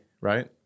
right